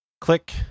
click